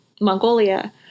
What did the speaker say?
Mongolia